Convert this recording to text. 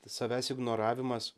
savęs ignoravimas